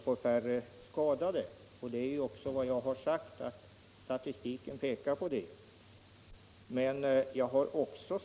får färre skadade. Också jag har sagt att statistiken pekar på att så är förhållandet.